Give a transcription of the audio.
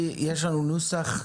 יש לנו נוסח,